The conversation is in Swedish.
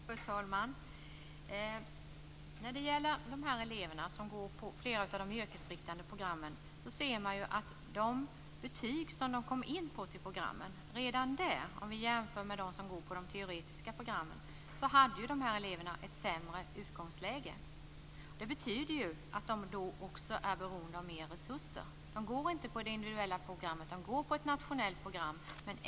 Fru talman! När det gäller eleverna på flera av de yrkesinriktade programmen ser man redan på de betyg som eleverna kom in på till programmen att de - jämfört med de elever som går på de teoretiska programmen - hade ett sämre utgångsläge. Det betyder att de är beroende av mer resurser. De går inte på det individuella programmet, utan de går på ett nationellt program.